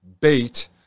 bait